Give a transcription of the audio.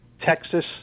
Texas